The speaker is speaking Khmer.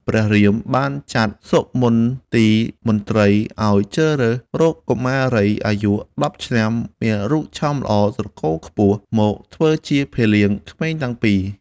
ព្រះរាមបានចាត់សុមន្តីមន្ត្រីឱ្យជ្រើសរើសរកកុមារីអាយុ១០ឆ្នាំ មានរូបឆោមល្អត្រកូលខ្ពស់មកធ្វើជាភីលៀងក្មេងទាំងពីរ។